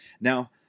now